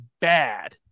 bad